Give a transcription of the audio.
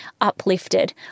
uplifted